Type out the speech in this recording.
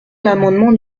l’amendement